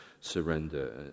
surrender